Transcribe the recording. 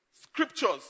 scriptures